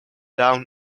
down